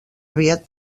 aviat